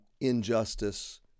injustice